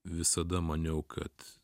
visada maniau kad